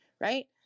right